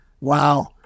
Wow